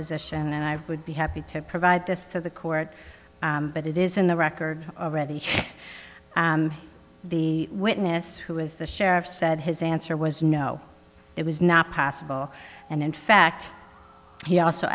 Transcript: deposition and i would be happy to provide this to the court but it is in the record already the witness who is the sheriff said his answer was no it was not possible and in fact he also